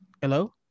Hello